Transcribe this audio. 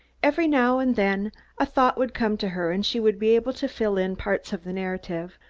every now and then a thought would come to her and she would be able to fill in parts of the narrative,